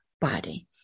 body